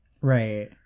Right